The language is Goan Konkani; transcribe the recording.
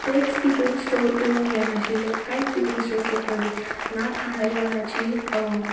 कितेंच तितून स्टोर करूंक जायनाशिल्लें कांयच तितून स्टोर करपाक जायना ना खाणा जेवणांचीं